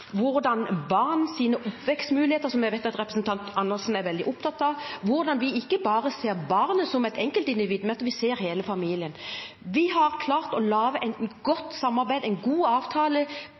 oppvekstmuligheter – som jeg vet at representanten Andersen er veldig opptatt av – at vi ikke bare ser barnet som enkeltindivid, men ser hele familien. Vi har klart å lage et godt samarbeid, en god avtale,